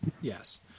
yes